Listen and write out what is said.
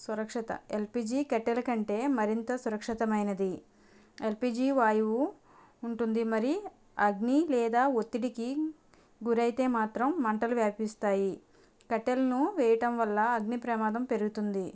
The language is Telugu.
సురక్షిత ఎల్పిజి కట్టెలకంటే మరింత సురక్షతమైనది ఎల్పిజి వాయువు ఉంటుంది మరి అగ్ని లేదా ఒత్తిడికి గురైతే మాత్రం మంటలు వ్యాపిస్తాయి కట్టెలను వేయటం వల్ల అగ్నిప్రమాదం పెరుగుతుంది